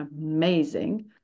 amazing